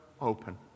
open